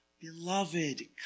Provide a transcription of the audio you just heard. beloved